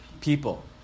People